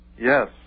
Yes